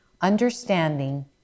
understanding